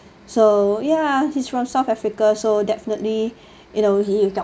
so ya he's from south africa so definitely you know he got